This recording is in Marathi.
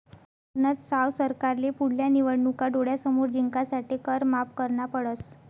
गनज साव सरकारले पुढल्या निवडणूका डोळ्यासमोर जिंकासाठे कर माफ करना पडस